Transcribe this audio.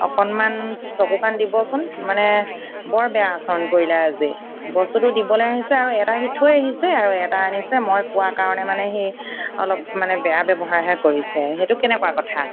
অকণমান চকু কাণ দিবচোন মানে বৰ বেয়া আচৰণ কৰিলে আজি বস্তুটো দিবলৈ আহিছে আৰু এটা সি থৈ আহিছে আৰু এটা আনিছে মই কোৱা কাৰণে মানে সি অলপ মানে বেয়া ব্যৱহাৰহে কৰিছে সেইটো কেনেকুৱা কথা